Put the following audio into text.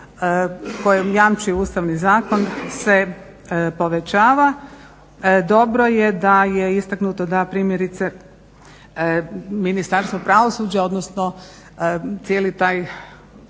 kojem jamči Ustavni zakon se povećava. Dobro je da je istaknuto da primjerice Ministarstvo pravosuđa odnosno cijeli taj